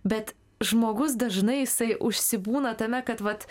bet žmogus dažnai jisai užsibūna tame kad vat